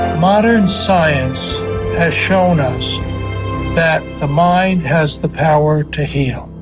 modern science has shown us that the mind has the power to heal.